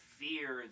fear